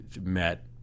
met